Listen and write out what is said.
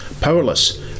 powerless